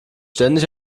ständig